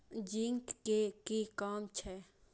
Zinc के कि काम छै?